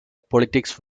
politics